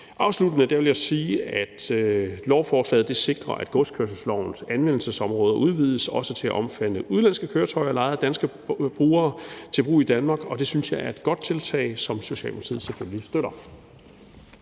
Afsluttende vil jeg sige, at lovforslaget sikrer, at godskørselslovens anvendelsesområde udvides til også at omfatte udenlandske køretøjer lejet af danske brugere til brug i Danmark, og det synes jeg er et godt tiltag, som Socialdemokratiet selvfølgelig støtter.